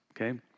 okay